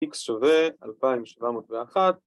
x שווה 2701